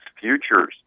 futures